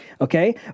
Okay